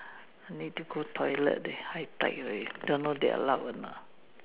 I need to go toilet leh high tide already don't know they allowed not